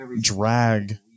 drag